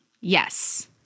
yes